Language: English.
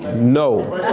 no.